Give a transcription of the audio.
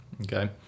Okay